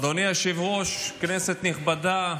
אדוני היושב-ראש, כנסת נכבדה,